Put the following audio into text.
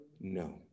No